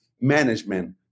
management